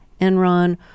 Enron